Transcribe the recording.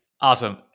Awesome